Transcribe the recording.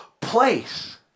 place